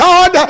God